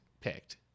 picked